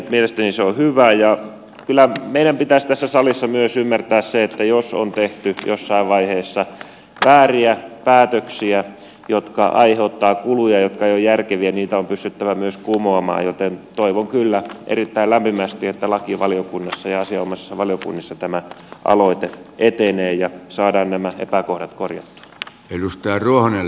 mielestäni se on hyvä ja kyllä meidän pitäisi tässä salissa myös ymmärtää se että jos on tehty jossain vaiheessa vääriä päätöksiä jotka aiheuttavat kuluja jotka eivät ole järkeviä niitä on pystyttävä myös kumoamaan joten toivon kyllä erittäin lämpimästi että lakivaliokunnassa ja asianomaisissa valiokunnissa tämä aloite etenee ja saadaan nämä epäkohdat korjattua